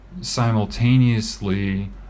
simultaneously